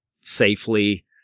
safely